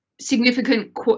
significant